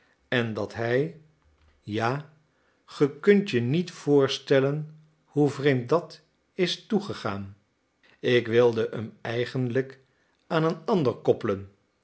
en dat hij ja ge kunt je niet voorstellen hoe vreemd dat is toegegaan ik wilde hem eigenlijk aan een ander koppelen